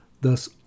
Thus